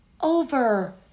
over